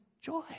joy